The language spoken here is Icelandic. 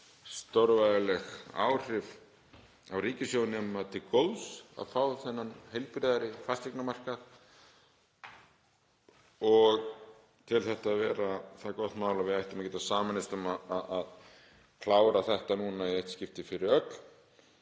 stórvægileg áhrif á ríkissjóð nema til góðs, að fá heilbrigðari fasteignamarkað. Ég tel þetta vera það gott mál að við ættum að geta sameinast um að klára það núna í eitt skipti fyrir öll